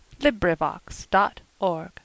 LibriVox.org